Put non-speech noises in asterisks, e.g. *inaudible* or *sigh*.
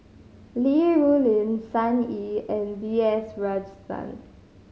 Li Rulin Sun Yee and B S *unintelligible*